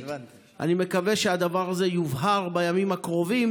אני מקווה שהדבר הזה יובהר בימים הקרובים,